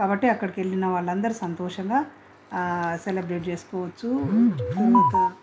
కాబట్టి అక్కడికి వెళ్ళిన వాళ్ళు అందరూ సంతోషంగా సెలబ్రేట్ చేసుకోవచ్చు